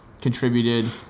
contributed